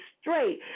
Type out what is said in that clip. straight